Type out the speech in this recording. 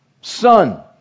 Son